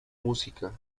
música